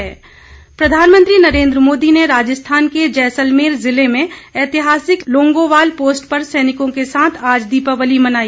प्रधानमंत्री जैसलमेर प्रधानमंत्री नरेंद्र मोदी ने राजस्थान के जैसलमेर जिले में ऐतिहासिक लोंगोवाल पोस्ट पर सैनिकों के साथ आज दीपावली मनाई